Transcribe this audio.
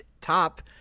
top